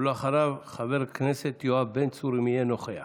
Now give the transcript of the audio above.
ואחריו, חבר הכנסת יואב בן צור, אם יהיה נוכח.